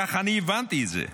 כך אני הבנתי את זה,